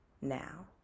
now